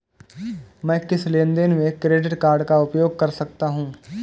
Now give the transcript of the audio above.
मैं किस लेनदेन में क्रेडिट कार्ड का उपयोग कर सकता हूं?